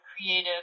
creative